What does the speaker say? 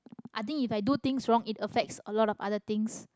i think if i do things wrong it affects a lot of other things